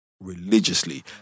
religiously